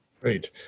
Great